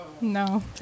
No